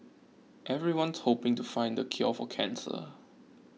everyone's hoping to find the cure for cancer